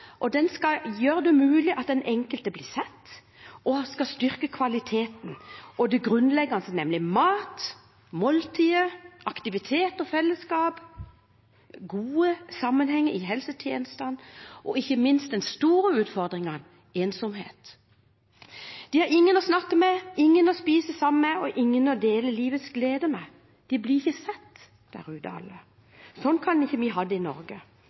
fungere, den skal gjøre det mulig for den enkelte å bli sett, og den skal styrke kvaliteten i det grunnleggende, nemlig mat og måltider, aktivitet og fellesskap og god sammenheng i helsetjenestene. En stor utfordring for eldre i dag er ensomhet. De har ingen å snakke med, ingen å spise sammen med og ingen å dele livets gleder med – alle der ute blir ikke sett. Sånn kan vi ikke ha det i Norge.